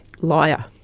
liar